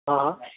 હં હં